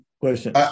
Question